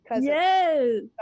Yes